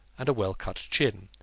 and a well-cut chin.